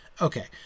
Okay